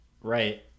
right